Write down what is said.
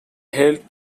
held